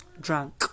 drunk